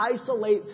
isolate